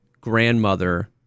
grandmother